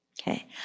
Okay